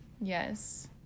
yes